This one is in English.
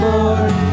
Lord